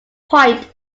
point